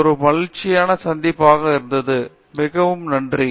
இது ஒரு மகிழ்ச்சியான சந்திப்பாக இருந்தது மிகவும் நன்றி